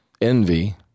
envy